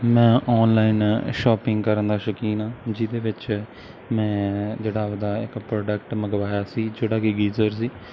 ਮੈਂ online shopping ਕਰਨ ਦਾ ਸ਼ੌਕੀਨ ਹਾਂ ਜਿਹਦੇ ਵਿੱਚ ਮੈਂ ਜਿਹੜਾ ਉਹਦਾ ਇੱਕ ਪ੍ਰੋਡਕਟ ਮੰਗਵਾਇਆ ਸੀ ਜਿਹੜਾ ਕਿ ਗੀਜ਼ਰ ਸੀ